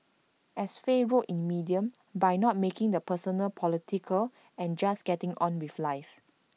as Faye wrote in medium by not making the personal political and just getting on with life